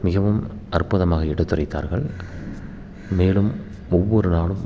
மிகவும் அற்புதமாக எடுத்துரைத்தார்கள் மேலும் ஒவ்வொரு நாளும்